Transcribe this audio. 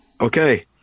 Okay